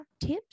tips